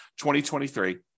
2023